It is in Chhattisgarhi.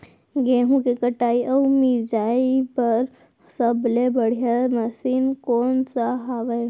गेहूँ के कटाई अऊ मिंजाई बर सबले बढ़िया मशीन कोन सा हवये?